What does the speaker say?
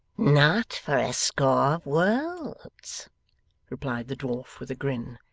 not for a score of worlds replied the dwarf with a grin.